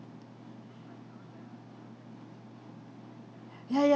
ya ya